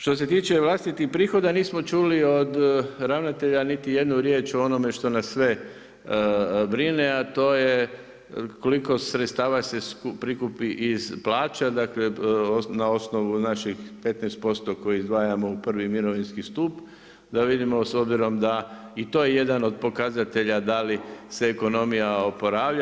Što se tiče vlastitih prihoda nismo čuli od ravnatelja niti jednu riječ o onome što nas sve brine, a to je koliko sredstava se prikupi iz plaća, dakle na osnovu naših 15% koje izdvajamo u prvi mirovinski stup, da vidimo s obzirom da i to je jedan od pokazatelja da li se ekonomija oporavlja.